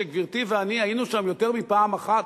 שגברתי ואני היינו שם יותר מפעם אחת,